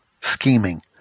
scheming